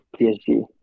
PSG